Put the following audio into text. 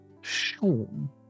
Sean